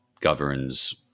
governs